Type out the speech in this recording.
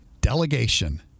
Delegation